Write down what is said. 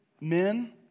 Men